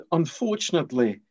unfortunately